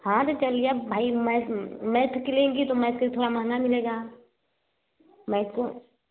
हाँ तो चलिए भई मैथ की लेंगी तो मैथ का थोड़ा महँगा मिलेगा मैथ का